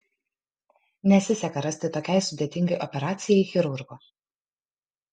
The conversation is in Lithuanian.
nesiseka rasti tokiai sudėtingai operacijai chirurgo